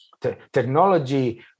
Technology